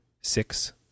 six